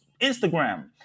Instagram